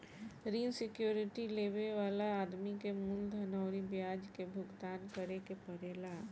ऋण सिक्योरिटी लेबे वाला आदमी के मूलधन अउरी ब्याज के भुगतान करे के पड़ेला